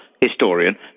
historian